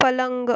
पलंग